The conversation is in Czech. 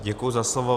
Děkuji za slovo.